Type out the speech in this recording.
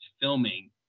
filming